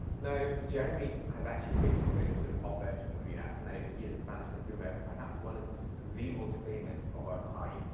now, jeremy has actually created this fragrance with alberto morillas. yeah ah so now he is spanish perfumer, perhaps one of the most famous of our time.